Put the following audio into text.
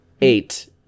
Eight